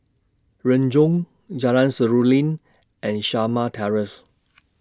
Renjong Jalan Seruling and Shamah Terrace